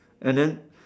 and then